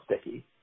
sticky